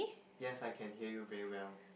yes I can hear you very well